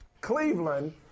Cleveland